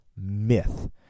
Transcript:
myth